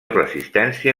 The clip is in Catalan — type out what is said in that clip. resistència